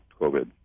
COVID